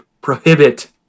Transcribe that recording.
prohibit